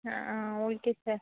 ah okay sir